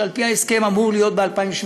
שעל-פי ההסכם אמור להיות ב-2017,